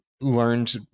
learned